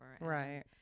Right